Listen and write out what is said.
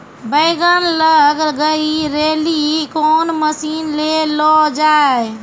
बैंगन लग गई रैली कौन मसीन ले लो जाए?